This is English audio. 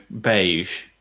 beige